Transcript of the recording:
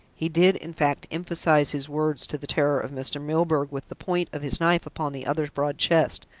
he did, in fact, emphasise his words to the terror of mr. milburgh, with the point of his knife upon the other's broad chest,